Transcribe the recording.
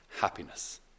happiness